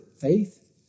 faith